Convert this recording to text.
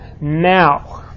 Now